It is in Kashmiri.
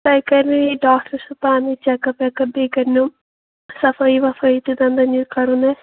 تۅہہِ کَرناوِ ڈاکٹَر سُہ پانَے چَک اَپ وَک اَپ بِیٚیہِ کَرنو صفٲیِی وَفٲیِی تہٕ دَنٛدَن یہِ کَرُن آسہِ